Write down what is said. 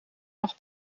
mag